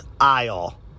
aisle